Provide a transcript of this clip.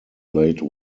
late